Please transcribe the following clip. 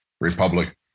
republic